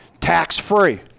tax-free